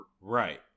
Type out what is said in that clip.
right